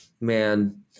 Man